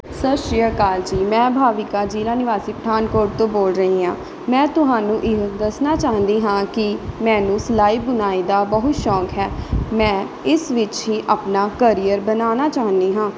ਸਤਿ ਸ਼੍ਰੀ ਅਕਾਲ ਜੀ ਮੈਂ ਬਾਵਿਕਾ ਜ਼ਿਲ੍ਹਾ ਨਿਵਾਸੀ ਪਠਾਨਕੋਟ ਤੋਂ ਬੋਲ ਰਹੀ ਹਾਂ ਮੈਂ ਤੁਹਾਨੂੰ ਇਹ ਦੱਸਣਾ ਚਾਹੁੰਦੀ ਹਾਂ ਕਿ ਮੈਨੂੰ ਸਿਲਾਈ ਬੁਣਾਈ ਦਾ ਬਹੁਤ ਸ਼ੌਕ ਹੈ ਮੈਂ ਇਸ ਵਿੱਚ ਹੀ ਆਪਣਾ ਕਰੀਅਰ ਬਣਾਉਣਾ ਚਾਹੁੰਦੀ ਹਾਂ